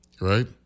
right